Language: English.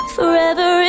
Forever